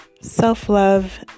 Self-love